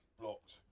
blocked